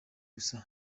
gusa